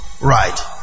Right